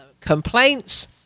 complaints